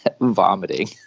Vomiting